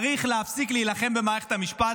צריך להפסיק להילחם במערכת המשפט.